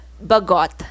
bagot